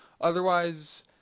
otherwise